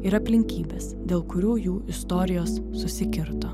ir aplinkybes dėl kurių jų istorijos susikirto